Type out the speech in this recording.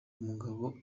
umugabo